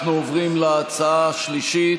אנחנו עוברים להצעה השלישית,